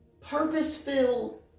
purpose-filled